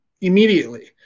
immediately